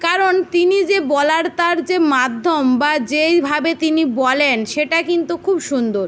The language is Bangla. কারণ তিনি যে বলার তার যে মাধ্যম বা যেইভাবে তিনি বলেন সেটা কিন্তু খুব সুন্দর